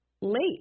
late